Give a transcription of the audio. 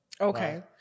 Okay